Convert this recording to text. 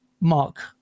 mark